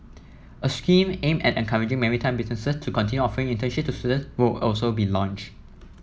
a scheme aimed at encouraging maritime businesses to continue offering internships to students will also be launch